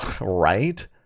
Right